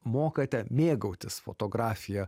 mokate mėgautis fotografija